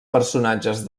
personatges